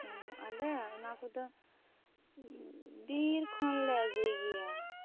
ᱟᱞᱮ ᱚᱱᱟ ᱠᱚᱫᱚ ᱵᱤᱨ ᱠᱷᱚᱱ ᱞᱮ ᱟ ᱜᱩᱭ ᱜᱮᱭᱟ